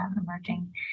emerging